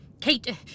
Kate